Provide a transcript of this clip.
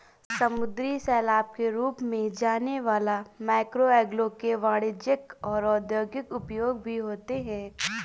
समुद्री शैवाल के रूप में जाने वाला मैक्रोएल्गे के वाणिज्यिक और औद्योगिक उपयोग भी होते हैं